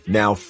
now